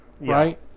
right